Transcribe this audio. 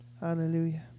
hallelujah